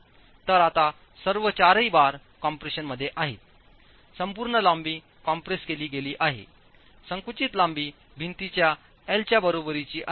तर आता सर्व चारही बार कम्प्रेशनमध्ये आहेत संपूर्ण लांबी कॉम्प्रेस केली गेली आहेसंकुचित लांबी भिंतीच्या एल च्या बरोबरीची आहे